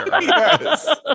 Yes